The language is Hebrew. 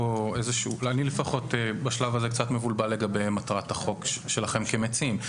אני לפחות בשלב הזה קצת מבולבל לגבי מטרת החוק שלכם כמציעים.